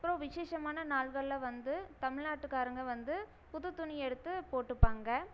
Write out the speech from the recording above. அப்புறம் விசேஷமான நாள்களில் வந்து தமிழ்நாட்டுக்காரங்க வந்து புது துணி எடுத்து போட்டுப்பாங்க